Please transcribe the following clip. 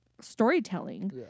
storytelling